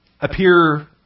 appear